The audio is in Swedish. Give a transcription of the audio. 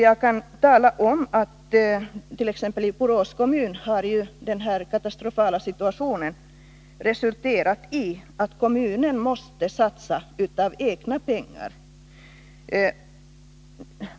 Jag kan tala om att i Borås kommun har den katastrofala situationen resulterat i att kommunen måste satsa av egna pengar.